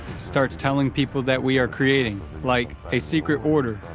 starts telling people that we are creating, like, a secret order,